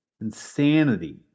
Insanity